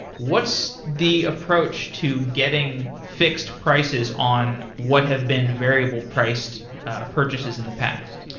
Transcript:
what's the approach to getting fixed prices on what have been variable priced purchases in the past?